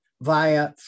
via